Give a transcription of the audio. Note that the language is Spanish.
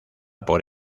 por